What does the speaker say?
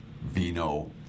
Vino